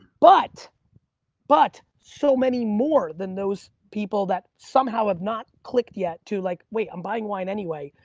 but but so many more than those people that somehow have not clicked yet to like, wait, um buying wine anyway,